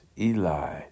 Eli